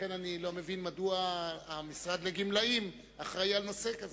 לכן אני לא מבין מדוע המשרד לגמלאים אחראי על נושא כזה.